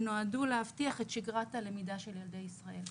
שנועדו להבטיח את שגרת הלמידה של ילדי ישראל.